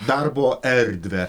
darbo erdvę